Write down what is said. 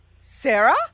Sarah